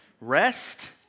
Rest